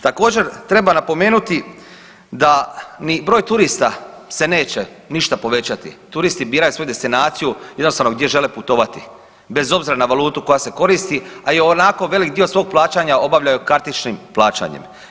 Također treba napomenuti da ni broj turista se neće ništa povećati, turisti biraju svoju destinaciju jednostavno gdje žele putovati, bez obzira na valutu koja se koristi, a i onako veliki dio svog plaćanja obavljaju kartičnim plaćanjem.